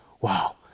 wow